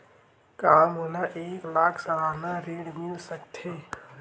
का मोला एक लाख सालाना ऋण मिल सकथे?